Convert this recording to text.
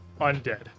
undead